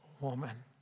woman